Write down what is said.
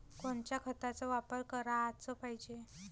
कोनच्या खताचा वापर कराच पायजे?